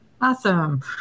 Awesome